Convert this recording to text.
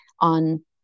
on